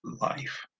life